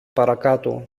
παρακάτω